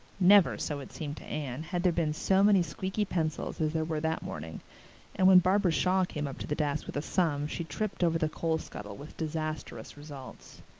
never, so it seemed to anne, had there been so many squeaky pencils as there were that morning and when barbara shaw came up to the desk with a sum she tripped over the coal scuttle with disastrous results.